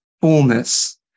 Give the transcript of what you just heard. fullness